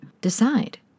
Decide